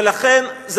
ולכן,